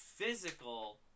physical